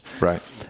Right